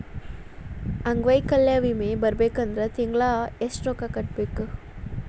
ಅಂಗ್ವೈಕಲ್ಯ ವಿಮೆ ಬರ್ಬೇಕಂದ್ರ ತಿಂಗ್ಳಾ ಯೆಷ್ಟ್ ರೊಕ್ಕಾ ಕಟ್ಟ್ಬೇಕ್?